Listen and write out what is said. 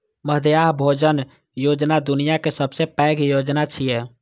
मध्याह्न भोजन योजना दुनिया के सबसं पैघ योजना छियै